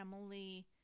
Emily